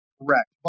Correct